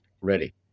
Ready